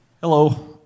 Hello